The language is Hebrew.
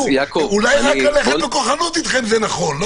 אולי רק בכוחנות אתכם זה נכון.